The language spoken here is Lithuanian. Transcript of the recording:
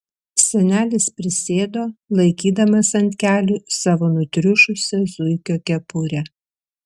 senelis prisėdo laikydamas ant kelių savo nutriušusią zuikio kepurę